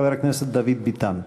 חבר הכנסת דוד ביטן.